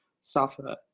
suffer